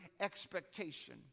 expectation